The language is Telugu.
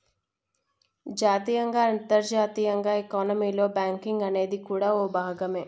జాతీయంగా అంతర్జాతీయంగా ఎకానమీలో బ్యాంకింగ్ అనేది కూడా ఓ భాగమే